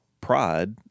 pride